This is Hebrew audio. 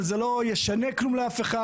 אבל זה לא ישנה כלום לאף אחד,